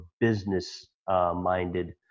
business-minded